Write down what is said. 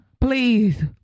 Please